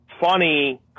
funny